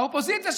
האופוזיציה,